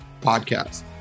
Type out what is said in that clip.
podcast